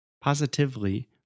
Positively